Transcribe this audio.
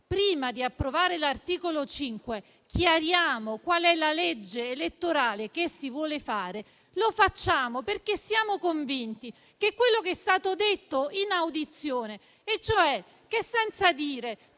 prima di approvare l'articolo 5, si deve chiarire qual è la legge elettorale che si vuole fare, lo facciamo perché siamo convinti che quello che è stato detto in audizione sia pericoloso, cioè senza dire